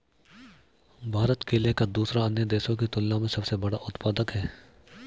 भारत केले का दूसरे अन्य देशों की तुलना में सबसे बड़ा उत्पादक है